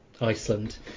Iceland